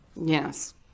yes